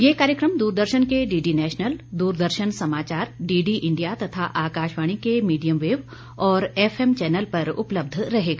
यह कार्यक्रम दूरदर्शन के डीडी नेशनल दूरदर्शन समाचार डीडी इंडिया तथा आकाशवाणी के मीडियम वेव और एफएम चैनल पर उपलब्ध रहेगा